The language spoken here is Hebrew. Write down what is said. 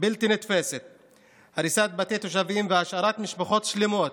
בלתי נתפסת, הריסת בתי תושבים והשארת משפחות שלמות